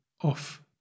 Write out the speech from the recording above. off